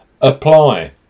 apply